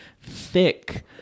thick